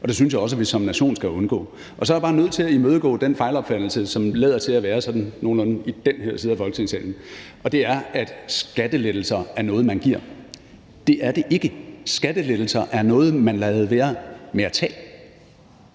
og det synes jeg også vi som nation skal undgå. Så er jeg bare nødt til at imødegå den fejlopfattelse, som der lader til at være i nogenlunde den her side af Folketingssalen, og det er, at skattelettelser er noget, man giver. Det er det ikke! Skattelettelser handler om, at man lader være med at tage